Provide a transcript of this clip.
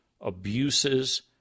abuses